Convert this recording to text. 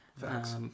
Facts